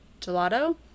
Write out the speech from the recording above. gelato